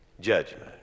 judgment